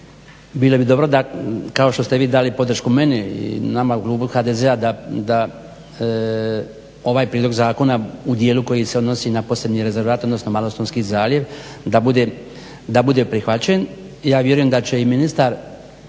bilo bi dobro kao što ste vi dali podršku meni i nama u klubu HDZ-a da ovaj prijedlog zakona u dijelu koji se odnosi na posebni rezervat odnosno Malostonski zaljev da bude prihvaćen. Ja vjerujem da će i ministar